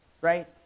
right